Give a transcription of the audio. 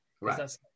Right